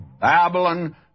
Babylon